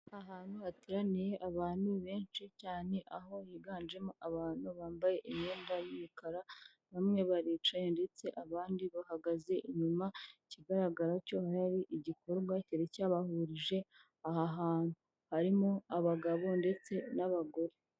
Ahantu hateraniye abantu benshi cyane aho higanjemo abantu bambaye imyenda y'umukara bamwe baricaye ndetse abandi bahagaze inyuma, ikigaragara ko hari hari igikorwa cyari cyabahurije aha hantu harimo abagabo ndetse n'abagore.